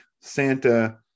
Santa